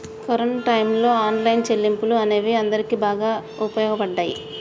corona టైయ్యంలో online చెల్లింపులు అనేవి అందరికీ బాగా వుపయోగపడ్డయ్యి